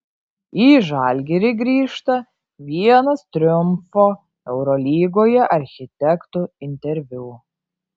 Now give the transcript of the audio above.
į žalgirį grįžta vienas triumfo eurolygoje architektų interviu